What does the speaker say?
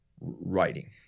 writing